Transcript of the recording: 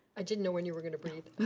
didn't know when you were gonna breathe.